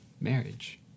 marriage